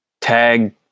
tag